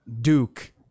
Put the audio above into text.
Duke –